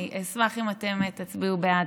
אני אשמח אם אתם תצביעו בעד.